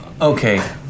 Okay